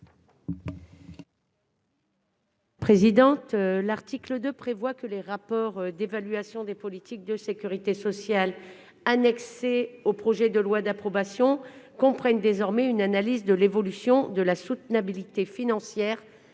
L'article 2 prévoit que les rapports d'évaluation des politiques de sécurité sociale annexés au projet de loi d'approbation comprennent désormais une analyse de « l'évolution de la soutenabilité financière